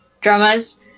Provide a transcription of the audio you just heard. dramas